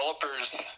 developers